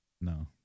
No